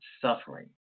suffering